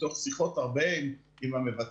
מתוך שיחות הרבה עם המבטחים,